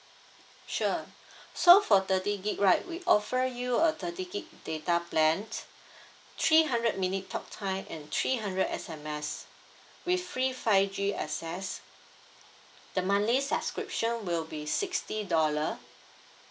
sure so for thirty gigabyte right we offer you a thirty gigabyte data plan three hundred minute talk time and three hundred S_M_S with free five G access the monthly subscription will be sixty dollar